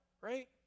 right